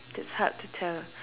is hard to tell